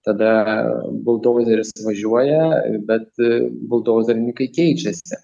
tada aaa buldozeris važiuoja bet buldozerininkai keičiasi